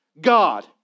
God